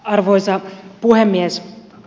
arvoisa puhemies